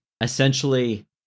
essentially